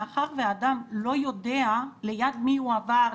מאחר ואדם לא יודע ליד מי הוא עבר,